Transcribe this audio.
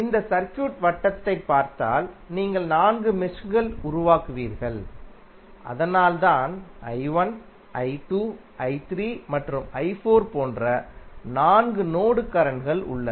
இந்த சர்க்யூட் வட்டத்தைப் பார்த்தால் நீங்கள் நான்கு மெஷ்கள் உருவாக்குவீர்கள் அதனால்தான் மற்றும் போன்ற நான்கு நோடு கரண்ட்கள் உள்ளன